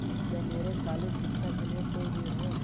क्या मेरे कॉलेज शिक्षा के लिए कोई ऋण है?